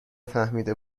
فهمیده